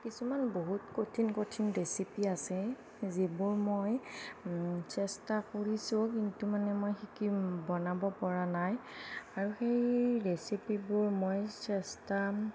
কিছুমান বহুত কঠিন কঠিন ৰেচিপি আছে যিবোৰ মই চেষ্টা কৰিছোঁ কিন্তু মানে মই শিকিম বনাব পৰা নাই আৰু সেই ৰেচিপিবোৰ মই চেষ্টা